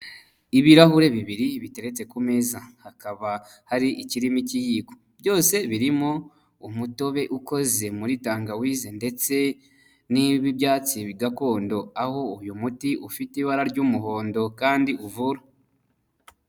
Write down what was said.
Ibirahure bibiri biteretse ku meza, hakaba hari ikirimo ikiyiko, byose birimo umutobe ukoze muri tangawizi, ndetse n'ib'ibyatsi gakondo, aho uyu muti ufite ibara ry'umuhondo kandi uvura.